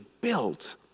built